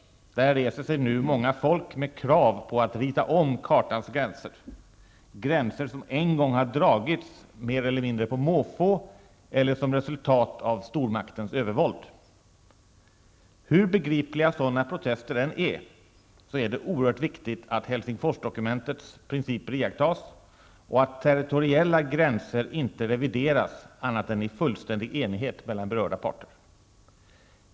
Där reser sig nu många folk med krav på att rita om kartans gränser, gränser som en gång dragits mer eller mindre på måfå eller som resultat av stormaktens övervåld. Hur begripliga sådana protester än är, är det oerhört viktigt att Helsingforsdokumentets principer iakttas och att territoriella gränser inte revideras annat än i fullständig enighet mellan berörda parter.